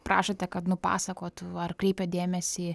prašote kad nupasakotų ar kreipia dėmesį